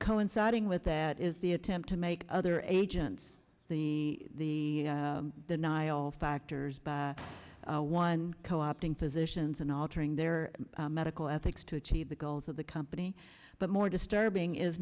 coinciding with that is the attempt to make other agents the denial factors by one co opting positions and altering their medical ethics to achieve the goals of the company but more disturbing is